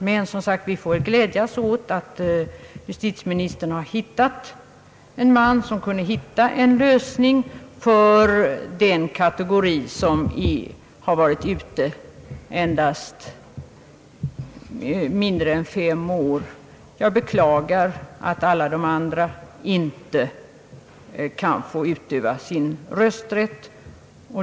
Men, som sagt, vi får glädja oss åt att justitieministern har hittat en man som kunde komma på en lösning för den kategori utlandssvenskar som varit ute mindre än fem år. Jag beklagar att alla de andra inte kan få utöva sin rösträtt.